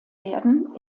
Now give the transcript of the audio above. werden